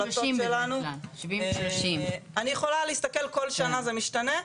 אני יכולה להסתכל, כל שנה זה משתנה.